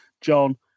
John